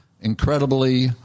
incredibly